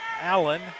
Allen